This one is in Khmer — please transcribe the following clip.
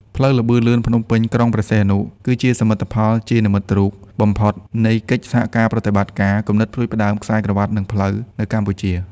ផ្លូវល្បឿនលឿនភ្នំពេញ-ក្រុងព្រះសីហនុ គឺជាសមិទ្ធផលជានិមិត្តរូបបំផុតនៃកិច្ចសហប្រតិបត្តិការ គំនិតផ្ដួចផ្ដើមខ្សែក្រវាត់ និងផ្លូវ នៅកម្ពុជា។